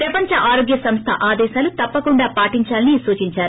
ప్రపంచ ఆరోగ్య సంస్థ ఆదేశాలు తప్పకుండా పాటిందాలని సూచిందారు